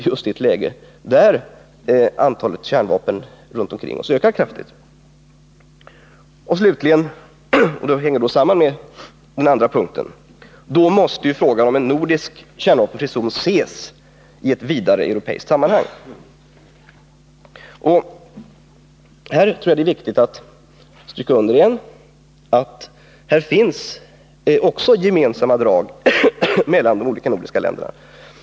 Slutligen måste — och det är den tredje punkten, som hänger samman med den andra — frågan om en nordisk kärnvapenfri zon ses i ett vidare europeiskt sammanhang. Jag tror att det är viktigt att stryka under att det också här finns gemensamma drag hos de olika nordiska länderna.